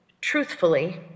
truthfully